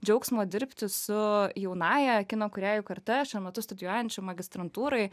džiaugsmo dirbti su jaunąja kino kūrėjų karta šiuo metu studijuojančia magistrantūroj